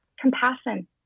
compassion